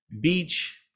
Beach